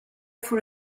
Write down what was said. for